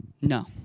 No